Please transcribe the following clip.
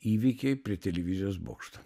įvykiai prie televizijos bokšto